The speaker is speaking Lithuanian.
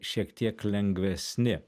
šiek tiek lengvesni